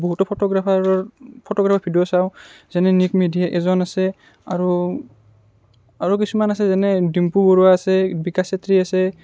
বহুতো ফটোগ্ৰাফাৰৰ ফটোগ্ৰাফাৰৰ ভিডিঅ' চাওঁ যেনে নীক মেধি এজন আছে আৰু আৰু কিছুমান আছে যেনে ডিম্পু বৰুৱা আছে বিকাশ চেত্ৰী আছে